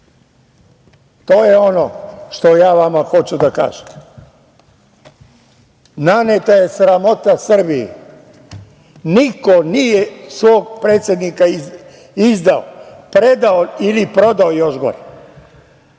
To je ono što ja vama hoću da kažem. Naneta je sramota Srbiji. Niko nije svog predsednika izdao, predao ili prodao, još gore,